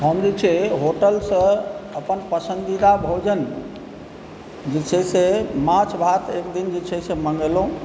हम जे छै होटलसँ अपन पसन्दीदा भोजन जे छै से माछ भात एक दिन जे छै से मँगेलहुँ